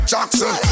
Jackson